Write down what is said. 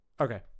Okay